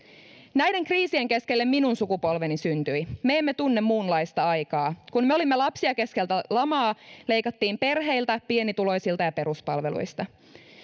näiden kriisien keskelle minun sukupolveni syntyi me emme tunne muunlaista aikaa kun me olimme lapsia keskellä lamaa leikattiin perheiltä pienituloisilta ja peruspalveluista